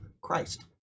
Christ